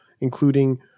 including